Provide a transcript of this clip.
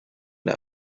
der